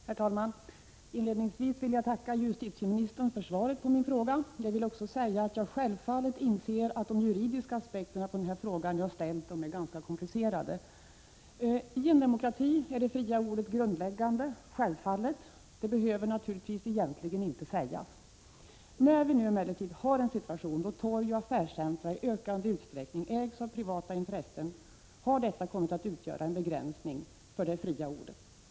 Herr talman! Inledningsvis vill jag tacka justitieministern för svaret på min fråga. Jag vill också säga att jag självfallet inser att de juridiska aspekterna på den fråga jag ställt är ganska komplicerade. I en demokrati är det fria ordet grundläggande. Självfallet, det behöver naturligtvis egentligen inte sägas. När vi nu emellertid har en situation då torg och affärscentra i ökande utsträckning ägs av privata intressen, har detta kommit att utgöra en begränsning för det fria ordet.